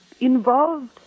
involved